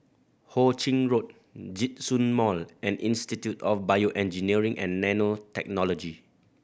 Ho Ching Road Djitsun Mall and Institute of BioEngineering and Nanotechnology